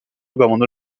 abandonne